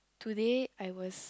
today I was